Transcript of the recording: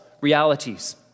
realities